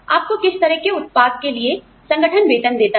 आपको किस तरह के उत्पाद के लिए संगठन वेतन देता है